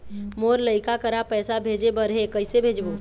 मोर लइका करा पैसा भेजें बर हे, कइसे भेजबो?